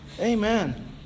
Amen